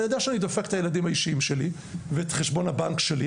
אני יודע שאני דופק את הילדים האישיים שלי ואת חשבון הבנק שלי,